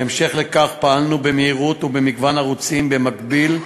בהמשך לכך פעלנו במהירות ובמגוון ערוצים במקביל,